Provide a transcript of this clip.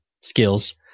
skills